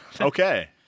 Okay